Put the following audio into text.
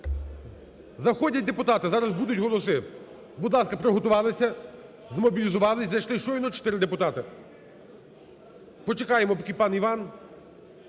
Заходять депутати, зараз будуть голоси. Будь ласка, приготувалися, змобілізувалися, зайшло щойно чотири депутати. Почекаємо, поки пан Іван…